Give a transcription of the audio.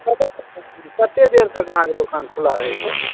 कतय कतय देर तक अहाँके दुकान खुला रहै छै